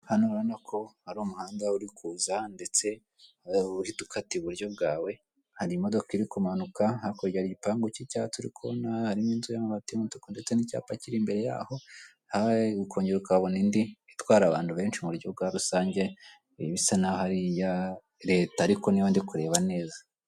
Hano ubona ko hari umuhanda uri kuza ndetse uhita ukata iburyo bwawe hari imodoka iri kumanuka hakurya igipangu cy'icyatsi uri kubona, harimo inzu y'amabati y'umutuku ndetse n'icyapa kiri imbere yaho ukongera ukahabona indi itwara abantu benshi mu buryo bwa rusange bisa n'aho ari iya leta ariko niba ndi kureba neza.